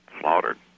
slaughtered